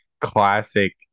classic